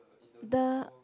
the